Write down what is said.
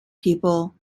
people